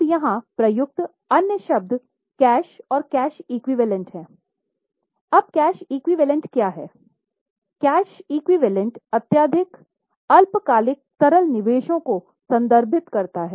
अब यहाँ प्रयुक्त अन्य शब्द कैश और कैश एक्विवैलेन्ट के बराबर माना जाता है